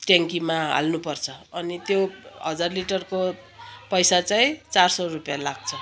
ट्याङ्कीमा हाल्नु पर्छ अनि त्यो हजार लिटरको पैसा चाहिँ चार सय रुपियाँ लाग्छ